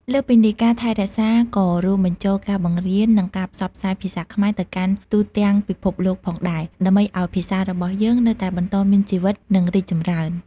លើសពីនេះ ការថែរក្សាក៏រួមបញ្ចូលការបង្រៀន និងការផ្សព្វផ្សាយភាសាខ្មែរទៅកាន់ទូទាំងពិភពលោកផងដែរ ដើម្បីឱ្យភាសារបស់យើងនៅតែបន្តមានជីវិត និងរីកចម្រើន។